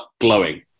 Glowing